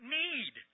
need